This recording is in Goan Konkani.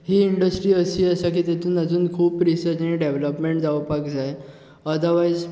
ही इंडस्ट्री अशी आसा की तेतून आजून खूब रिसर्च आनी डॅवॅलपमेंट जावपाक जाय अदवायझ